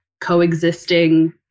coexisting